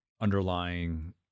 underlying